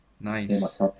nice